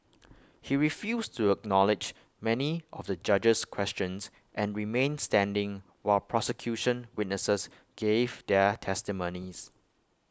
he refused to acknowledge many of the judge's questions and remained standing while prosecution witnesses gave their testimonies